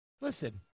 listen